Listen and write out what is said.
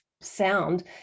sound